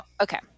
Okay